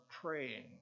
praying